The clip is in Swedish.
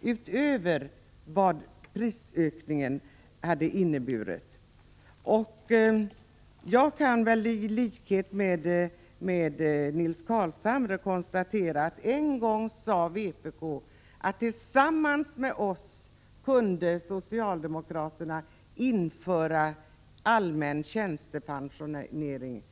innebär att basbeloppet ökar mer än vad det skulle göra med en koppling till prisutvecklingen. I likhet med Nils Carlshamre kan jag konstatera att vpk en gång sade: Tillsammans med oss kunde socialdemokraterna införa allmän tjänstepensionering.